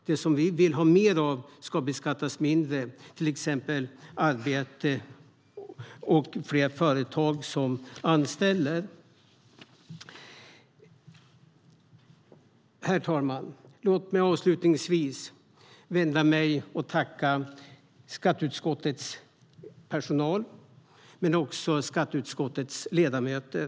Det som vi vill ha mer av ska beskattas mindre, till exempel arbete och fler företag som anställer. Herr talman! Låt mig avslutningsvis vända mig och tacka skatteutskottets personal men också skatteutskottets ledamöter.